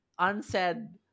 unsaid